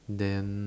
then